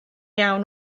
iawn